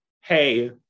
hey